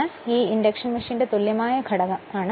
അതിനാൽ ഇത് ഇൻഡക്ഷൻ മെഷീന്റെ തുല്യമായ ഘടകം ആണ്